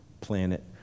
planet